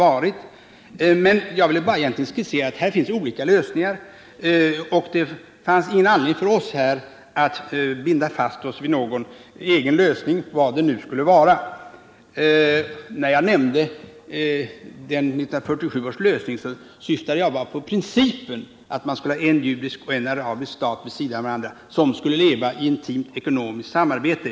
Vad jag ville var alltså att framhålla att det fanns olika lösningar, och att vi inte hade någon anledning att binda oss vid någon egen lösning, hur en sådan än skulle kunna se ut. När jag nämnde 1947 års lösning, så syftade jag bara på principen om en judisk och en arabisk stat som skulle leva vid sidan av varandra och ha ett intimt ekonomiskt samarbete.